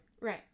right